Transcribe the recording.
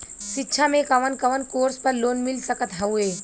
शिक्षा मे कवन कवन कोर्स पर लोन मिल सकत हउवे?